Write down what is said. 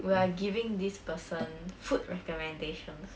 we are giving this person food recommendations